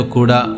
Kuda